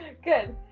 ah good.